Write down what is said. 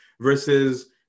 Versus